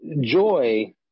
joy